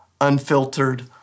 unfiltered